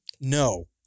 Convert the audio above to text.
No